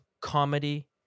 comedy